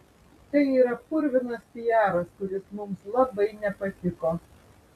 tai yra purvinas piaras kuris mums labai nepatiko